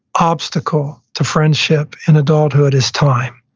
obstacle to friendship in adulthood is time.